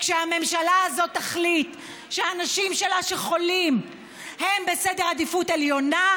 כשהממשלה הזאת תחליט שהאנשים שלה שחולים הם בסדר עדיפויות עליון,